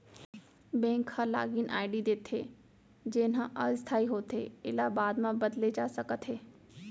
bank ह login ID देथे जेन ह अस्थाई होथे एला बाद म बदले जा सकत हे